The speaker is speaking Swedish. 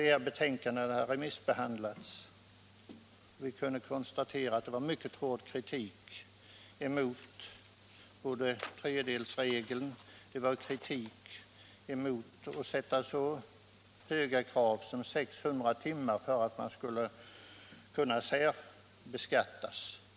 Under remissbehändlingen framfördes mycket hård kritik både mot tredjedelsregeln och mot att det skulle krävas 600 timmar för att man skulle kunna särbeskattas.